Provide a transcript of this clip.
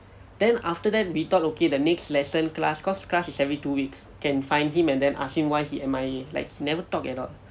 then after that we thought okay the next lesson class caused class is every two weeks can find him and then ask him why he M_I_A like he never talk at all